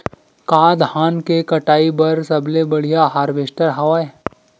का धान के कटाई बर सबले बढ़िया हारवेस्टर हवय?